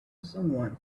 someone